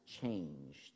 changed